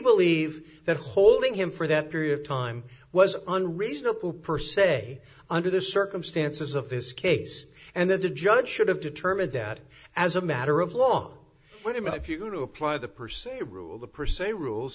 believe that holding him for that period of time was unreasonable per se under the circumstances of this case and that the judge should have determined that as a matter of law what about if you're going to apply the percent rule the percent rules